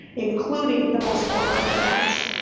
including the most vulnerable ones.